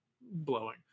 blowing